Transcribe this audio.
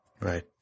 Right